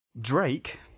Drake